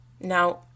Now